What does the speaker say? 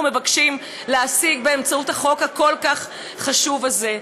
מבקשים להשיג באמצעות החוק הכל-כך חשוב הזה.